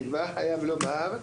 אני כבר חייב לומר,